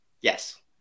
Yes